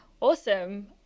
awesome